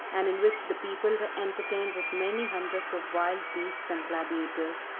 and in which the people were entertained with many hundreds of wild beasts and gladiators,